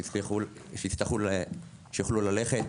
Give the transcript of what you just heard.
ושיוכלו ללכת.